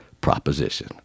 proposition